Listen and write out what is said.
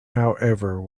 however